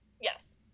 Yes